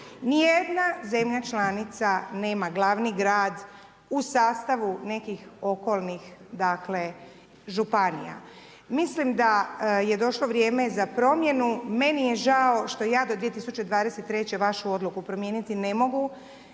Ni jedna zemlja članica nema glavni grad u sastavu nekih okolnih, dakle županija. Mislim da je došlo vrijeme za promjenu, meni je žao što ja do 2023. vašu odluku promijeniti ne mogu,